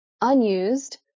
unused